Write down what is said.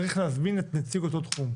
צריך להזמין את נציג אותו תחום.